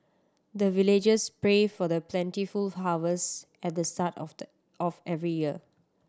the villagers pray for the plentiful harvest at the start of the of every year